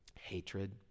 hatred